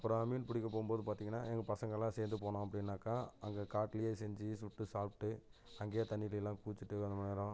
அப்புறம் மீன் பிடிக்க போகும்போது பார்த்தீங்கன்னா எங்கள் பசங்கள்லாம் சேர்ந்து போனோம் அப்படின்னாக்கா அங்கே காட்டிலயே செஞ்சு சுட்டு சாப்பிட்டு அங்கேயே தண்ணியிலலாம் குளித்துட்டு ரொம்ப நேரம்